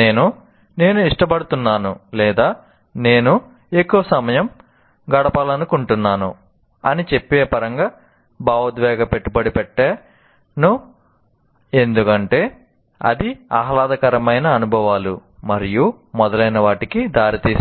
నేను నేను ఇష్టపడుతున్నాను లేదా నేను ఎక్కువ సమయం గడపాలనుకుంటున్నాను అని చెప్పే పరంగా భావోద్వేగ పెట్టుబడి పెట్టాను ఎందుకంటే ఇది ఆహ్లాదకరమైన అనుభవాలు మరియు మొదలైనవాటికి దారితీస్తుంది